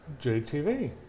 JTV